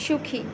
সুখী